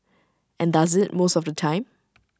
and does IT most of the time